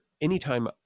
anytime